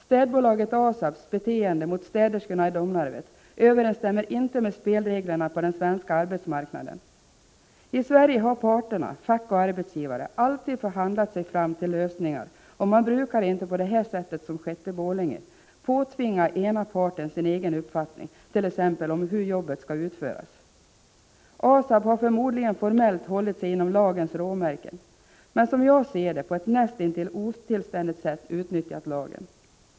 Städbolaget ASAB:s beteende mot städerskorna i Domnarvet överensstämmer inte med spelreglerna på den svenska arbetsmarknaden. I Sverige har parterna, fack och arbetsgivare, alltid förhandlat sig fram till lösningar. Man brukar inte, på det sätt som skett i Borlänge, påtvinga ena parten sin egen uppfattning t.ex. om hur jobbet skall utföras. ASAB har förmodligen formellt hållit sig inom lagens råmärken, men som jag ser det på ett näst intill otillständigt sätt utnyttjat lagen.